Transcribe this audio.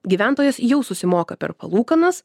gyventojas jau susimoka per palūkanas